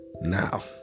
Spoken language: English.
Now